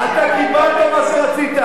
אתה קיבלת מה שרצית.